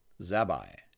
Zabai